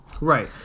right